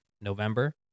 november